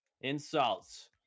Insults